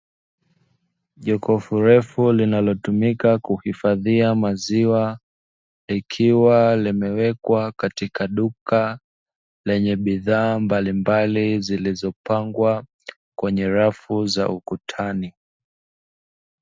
Jokofu refu linalotumika kuhifadhia maziwa, likiwa limewekwa katika duka lenye bidhaa mbalimbali, zilizopangwa kwenye rafu za ukutani.